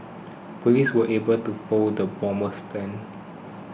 police were able to foil the bomber's plans